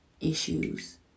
issues